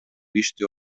иште